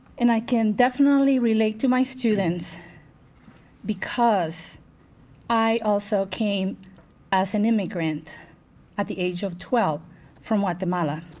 and i can definitely relate to my students because i also came as an immigrant at the age of twelve from guatemala.